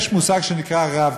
יש מושג שנקרא "רב-קו".